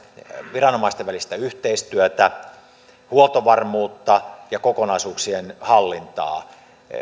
viranomaisten välistä yhteistyötä huoltovarmuutta ja kokonaisuuksien hallintaa